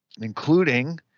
including